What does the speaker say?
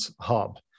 hub